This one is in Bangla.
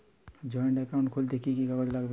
জয়েন্ট একাউন্ট খুলতে কি কি কাগজ লাগবে?